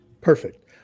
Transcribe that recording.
Perfect